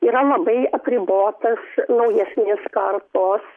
yra labai apribotas naujesnės kartos